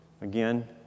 Again